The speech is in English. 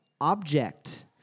object